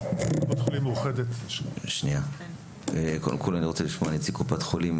קודם כל אני רוצה לשמוע את נציג קופת חולים